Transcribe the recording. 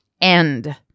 end